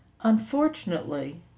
Unfortunately